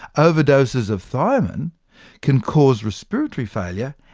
overdoses of thiamine can cause respiratory failure,